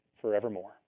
forevermore